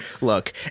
look